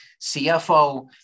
CFO